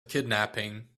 kidnapping